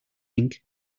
ink